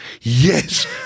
Yes